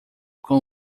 com